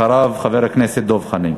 אחריו, חבר הכנסת דב חנין.